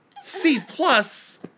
C-plus